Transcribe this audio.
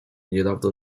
niedawno